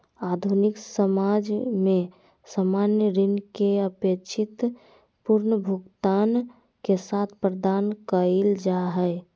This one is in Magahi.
आधुनिक समाज में सामान्य ऋण के अपेक्षित पुनर्भुगतान के साथ प्रदान कइल जा हइ